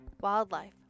Wildlife